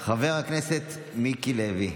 חבר הכנסת גלעד קריב,